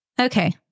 Okay